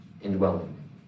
indwelling